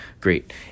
great